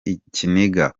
ikiniga